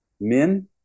Men